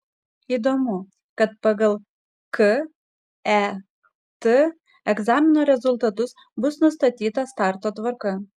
įdomu kad pagal ket egzamino rezultatus bus nustatyta starto tvarka